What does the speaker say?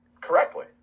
correctly